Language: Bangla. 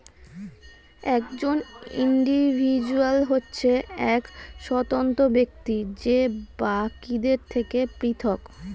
একজন ইন্ডিভিজুয়াল হচ্ছে এক স্বতন্ত্র ব্যক্তি যে বাকিদের থেকে পৃথক